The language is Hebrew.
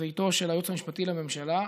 לביתו של היועץ המשפטי לממשלה,